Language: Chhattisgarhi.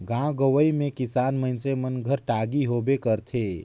गाँव गंवई मे किसान मइनसे मन घर टागी होबे करथे